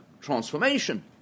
transformation